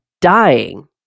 dying